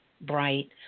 bright